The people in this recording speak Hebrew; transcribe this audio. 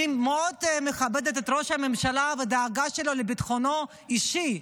אני מאוד מכבדת את ראש הממשלה ואת הדאגה שלו לביטחונו האישי,